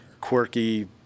quirky